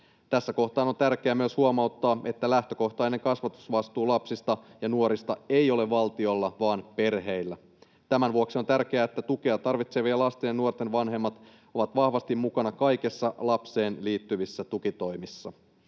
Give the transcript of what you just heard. Tässä kohtaa on tärkeää myös huomauttaa, että lähtökohtainen kasvatusvastuu lapsista ja nuorista ei ole valtiolla vaan perheillä. Tämän vuoksi on tärkeää, että tukea tarvitsevien lasten ja nuorten vanhemmat ovat vahvasti mukana kaikissa lapseen liittyvissä tukitoimissa.